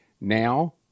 Now